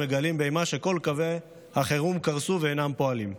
ומגלים באימה שכל קווי החירום קרסו ואינם פועלים.